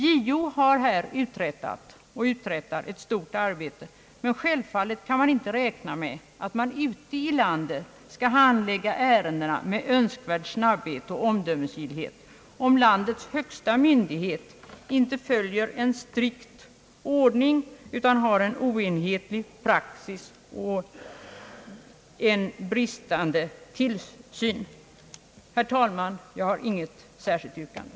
JO har här uträttat och uträttar ett stort arbete, men självfallet kan vi inte räkna med att man ute i landet skall handlägga ärendena med önskvärd snabbhet och omdömesgillhet, om landets högsta myndighet inte följer en strikt ordning utan har en oenhetlig praxis och en bristande tillsyn. Herr talman! Jag har inte något särskilt yrkande.